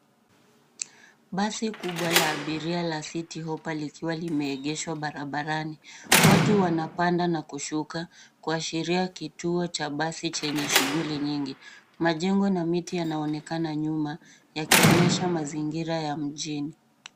Basi kubwa la abiria la Citi hoppa likiwa limeegeshwa barabarani , watu wanapanda na kushuka kuashiria kituo cha basi chenye shughuli nyingi . Majengo na miti yanaonekana nyuma, yakionyesha mazingira ya mjini.